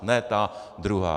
Ne ta druhá.